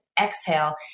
Exhale